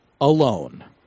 alone